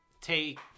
take